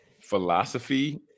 philosophy